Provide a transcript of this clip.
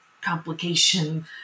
complication